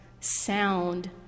sound